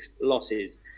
losses